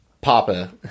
Papa